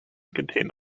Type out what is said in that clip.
contained